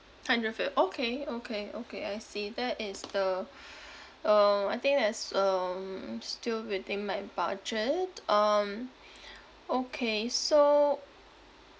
hundred fif~ okay okay okay I see that is the uh I think that's um still within my budget um okay so